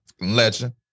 legend